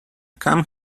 come